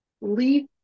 leave